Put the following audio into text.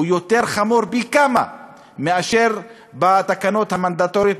הוא חמור פי-כמה מאשר בתקנות המנדטוריות,